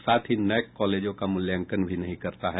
साथ ही नैक कॉलेजों का मूल्यांकन भी नहीं करता है